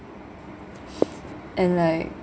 and like